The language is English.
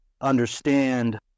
understand